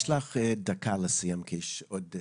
יש לך עוד דקה לסיים, כי יש עוד דוברים.